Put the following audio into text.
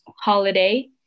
holiday